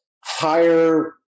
higher